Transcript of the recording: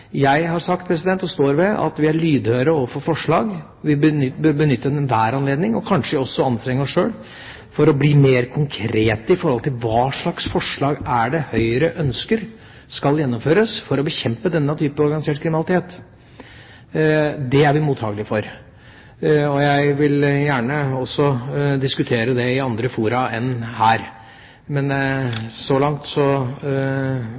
Jeg har sagt og står ved at vi er lydhøre overfor forslag. Vi vil benytte enhver anledning og kanskje også anstrenge oss sjøl til å bli mer konkret i forhold til hva slags forslag det er Høyre ønsker skal gjennomføres for å bekjempe denne typen organisert kriminalitet. Det er vi mottakelige for. Jeg vil gjerne også diskutere det i andre fora enn her, men så